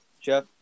Jeff